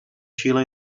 xile